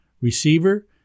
receiver